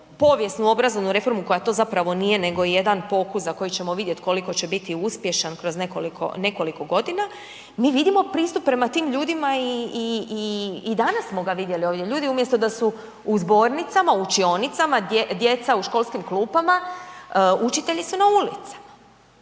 povijesnu obrazovnu reformu koja to zapravo nije nego je jedan pokus za koji ćemo vidjet koliko će biti uspješan kroz nekoliko, nekoliko godina, mi vidimo pristup prema tim ljudima i, i, i, i danas smo ga vidjeli ovdje, ljudi umjesto da su u zbornicama, u učionicama, djeca u školskim klupama, učitelji su na ulicama,